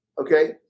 Okay